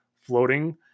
floating